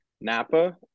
Napa